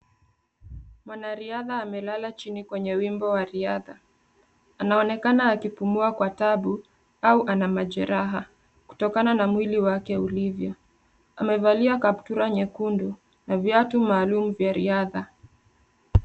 Mwanariadha amelala chini kwenye wimbo wa riadha, anaonekana akipumua kwa taabu au ana majeraha, kutokana na mwili wake ulivyo. Amevalia kaptura nyekundu na viatu maalum vya riadha.